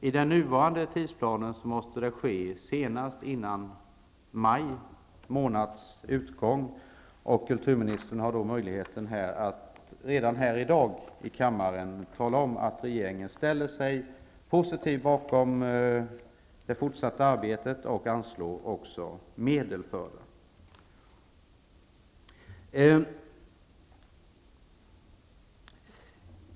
Med den nuvarande tidsplanen måste det ske senast före maj månads utgång, och kulturministern har möjlighet att redan här i dag i kammaren tala om att regeringen ställer sig positiv till det fortsatta arbetet och anslår medel till det.